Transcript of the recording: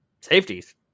Safeties